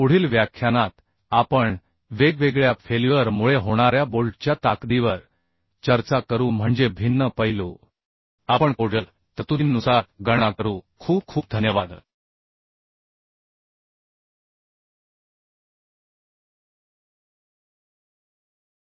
पुढील व्याख्यानात आपण वेगवेगळ्या फेल्युअर मुळे होणाऱ्या बोल्टच्या ताकदीवर चर्चा करू म्हणजे भिन्न पैलू जसे की शियरिंग फेल्युअर टियरिंग फेल्युअर होणे बोल्टची ताकद किती असेल